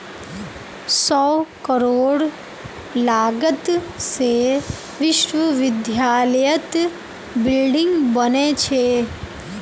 सौ करोड़ लागत से विश्वविद्यालयत बिल्डिंग बने छे